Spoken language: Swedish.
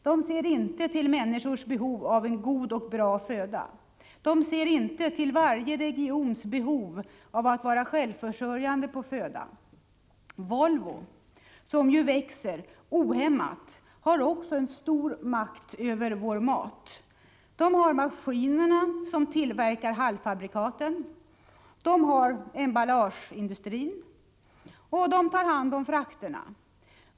De ser inte till människors behov av en god och bra föda. De ser inte till varje regions behov av att vara självförsörjande på föda. Volvo, som ju växer ohämmat, har också en stor makt över vår mat. Volvo har maskinerna som tillverkar halvfabrikaten. Man har emballageindustrin och man har hand om frakterna.